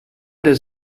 does